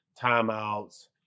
timeouts